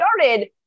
started